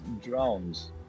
drones